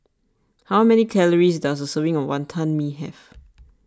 how many calories does a serving of Wantan Mee have